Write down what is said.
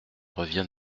revient